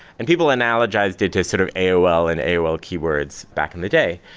and people analogized it as sort of aol and aol keywords back in the day.